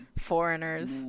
foreigners